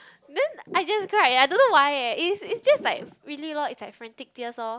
then I just cried I don't why eh it's it's just like really lor it's like frantic tears lor